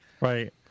Right